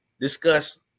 discuss